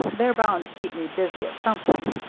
they're bound to keep me busy at something.